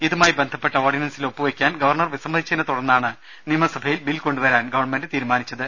ഇതുമായി ബന്ധപ്പെട്ട ഓർഡിനൻസിൽ ഒപ്പു വെക്കാൻ ഗവർണർ വിസ മ്മതിച്ചതിനെ തുടർന്നാണ് നിയമസഭയിൽ ബിൽ കൊണ്ടുവരാൻ ഗവൺമെന്റ് തീരുമാനിച്ചത്